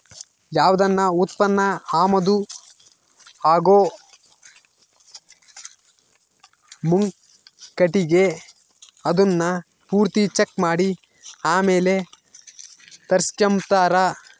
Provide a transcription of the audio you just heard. ಯಾವ್ದನ ಉತ್ಪನ್ನ ಆಮದು ಆಗೋ ಮುಂಕಟಿಗೆ ಅದುನ್ನ ಪೂರ್ತಿ ಚೆಕ್ ಮಾಡಿ ಆಮೇಲ್ ತರಿಸ್ಕೆಂಬ್ತಾರ